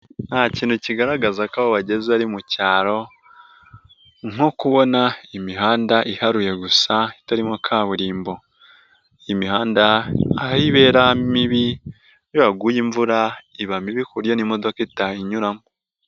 Nta kintu kigaragaza ko aho wageze ari mu cyaro nko kubona imihanda iharuye gusa itarimo kaburimbo, iyi mihanda aho ibera mibi iyo haguye imvura iba mibi kuburyo n'imodoka itayinyuramo.